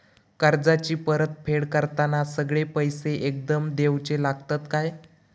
कर्जाची परत फेड करताना सगळे पैसे एकदम देवचे लागतत काय?